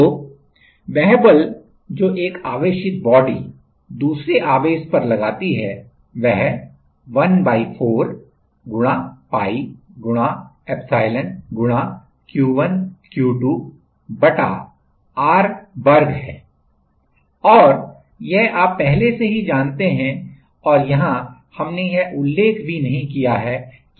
तो वह बल जो एक आवेशित बॉडी दूसरे आवेश पर लगाती है वह ¼piepsilon Q1 Q2 r2 है और यह आप पहले से ही जानते हैं और यहां हमने यह उल्लेख भी नहीं किया है कि यह बल का परिमाण है